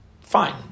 fine